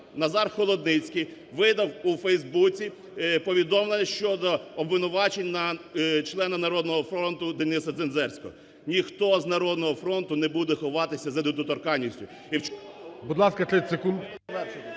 Нараз Холодницький видав у Фейсбуці повідомлення щодо обвинувачень на члена "Народного фронту" Дениса Дзензерського. Ніхто з "Народного фронту" не буде ховатися за недоторканністю… ГОЛОВУЮЧИЙ. Будь ласка, 30 секунд.